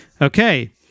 Okay